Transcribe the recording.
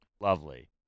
Lovely